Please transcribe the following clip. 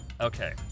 okay